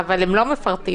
אבל הם לא מפרטים.